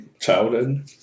childhood